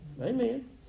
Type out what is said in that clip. Amen